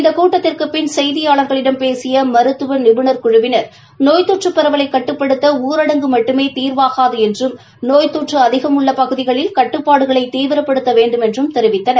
இந்த கூட்டத்திற்குப் பின் செய்தியாளர்களிடம் பேசிய மருத்துவ நிபுணர் குழுவினர் நோய் தொற்று பரவலை கட்டுப்படுத்த ஊரடங்கு மட்டுமே தீர்வாகாது என்றும் நோய் தொற்று அதிகம் உள்ள பகுதிகளில் கட்டுப்பாடுகளை தீவிரப்படுத்த வேண்டுமென்றும் தெரிவித்தனர்